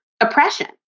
oppression